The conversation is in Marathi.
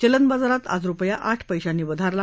चलनबाजारात आज रुपया आठ पैशांनी वधारला